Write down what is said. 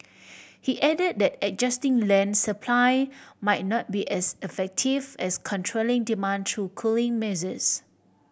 he added that adjusting land supply might not be as effective as controlling demand through cooling measures